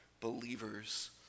believers